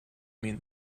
mean